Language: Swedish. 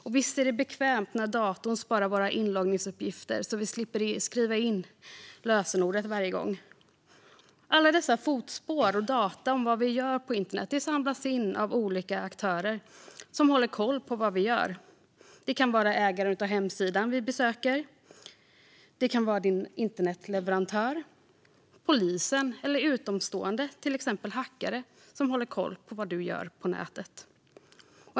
Och visst är det bekvämt när datorn sparar våra inloggningsuppgifter så att vi slipper skriva lösenordet varje gång. Alla dessa fotspår och data om vad vi gör på internet samlas in av olika aktörer som håller koll på vad vi gör. Det kan vara ägaren av hemsidan vi besöker, din internetleverantör, polisen eller utomstående till exempel hackare som håller koll på vad du gör på nätet.